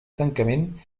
tancament